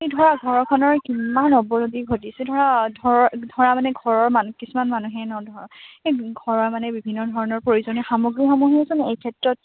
এই ধৰা ঘৰখনৰ কিমান অৱনতি ঘটিছে ধৰা ধৰ ধৰা মানে ঘৰৰ মানুহ কিছুমান মানুহে নহ্ ধৰ এই ঘৰৰ মানে বিভিন্ন ধৰণৰ প্ৰয়োজনীয় সামগ্ৰীসমূহোচোন এই ক্ষেত্ৰত